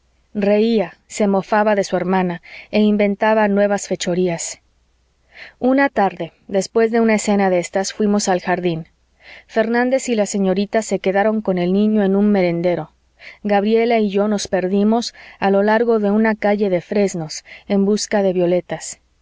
reía se mofaba de su hermana e inventaba nuevas fechorías una tarde después de una escena de éstas fuimos al jardín fernández y la señorita se quedaron con el niño en un merendero gabriela y yo nos perdimos a lo largo de una calle de fresnos en busca de violetas